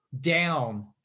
down